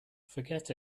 forget